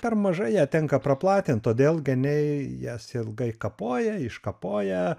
per maža ją tenka praplatint todėl geniai jas ilgai kapoja iškapoja